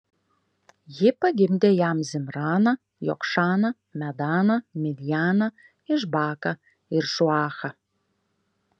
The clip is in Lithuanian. ji pagimdė jam zimraną jokšaną medaną midjaną išbaką ir šuachą